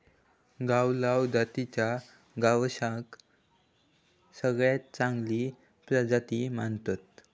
गावलाव जातीच्या गोवंशाक सगळ्यात चांगली प्रजाती मानतत